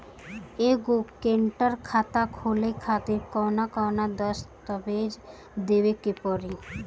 एगो करेंट खाता खोले खातिर कौन कौन दस्तावेज़ देवे के पड़ी?